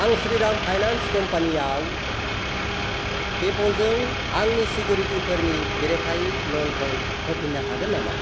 आं स्रीराम फाइनान्स कम्पानियाव पेपालजों आंनि सिकिउरिटिफोरनि बेरेखायै ल'नखौ होफिन्नो हागोन नामा